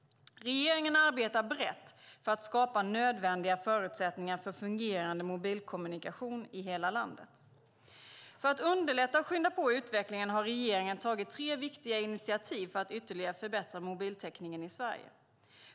Regeringen arbetar brett för att skapa nödvändiga förutsättningar för fungerande mobilkommunikation i hela landet. För att underlätta och skynda på utvecklingen har regeringen tagit tre viktiga initiativ för att ytterligare förbättra mobiltäckningen i Sverige.